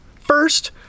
First